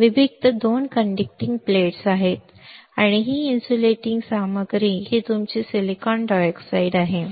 विभक्त 2 conducting plates आहेत आणि ही इन्सुलेटिंग सामग्री ही तुमची सिलिकॉन डायऑक्साइड आहे